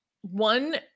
one